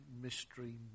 mystery